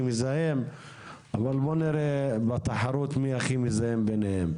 מזהם אבל בוא נראה בתחרות מי מביניהם הכי מזהם.